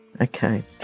Okay